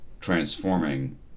transforming